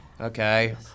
Okay